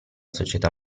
società